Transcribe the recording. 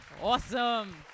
Awesome